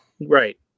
Right